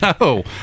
No